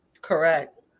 Correct